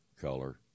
color